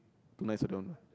too nice of their own